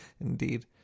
indeed